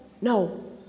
no